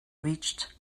reached